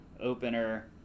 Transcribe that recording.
opener